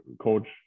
coach